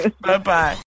Bye-bye